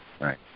right